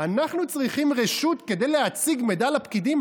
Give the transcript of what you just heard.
אנחנו צריכים רשות כדי להציג מידע לפקידים?